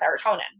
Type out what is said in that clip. serotonin